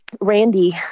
Randy